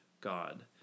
God